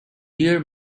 beer